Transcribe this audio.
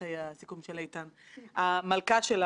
הצביעה נגד היוזמה שלי להקים ועדת חקירה,